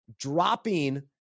dropping